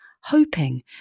hoping